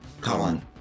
Colin